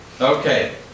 Okay